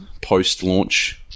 post-launch